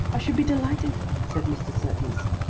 i should be delighted, said mr. surtees.